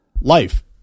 life